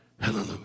hallelujah